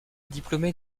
diplômé